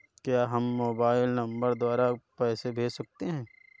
क्या हम mobile number द्वारा पैसे भेज सकते हैं?